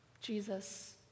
Jesus